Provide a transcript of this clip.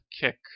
Kick